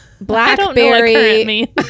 blackberry